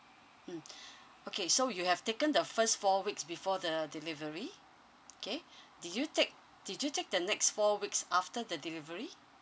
mm okay so you have taken the first four weeks before the delivery okay did you take did you take the next four weeks after the delivery